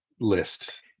List